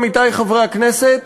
עמיתי חברי הכנסת,